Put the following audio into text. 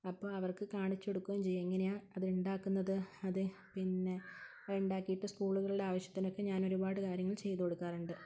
അപ്പോൾ അവർക്ക് കാണിച്ചു കൊടുക്കുകയും ചെയ്യാം എങ്ങനെയാണ് അത് ഉണ്ടാക്കുന്നത് അത് പിന്നെ അത് ഉണ്ടാക്കിയിട്ട് സ്കൂളുകളിലെ ആവശ്യത്തിനൊക്കെ ഞാൻ ഒരുപാട് കാര്യങ്ങൾ ചെയ്തു കൊടുക്കാറുണ്ട്